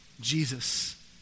Jesus